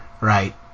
Right